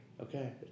Okay